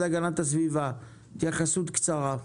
הסביבה, התייחסות קצרה,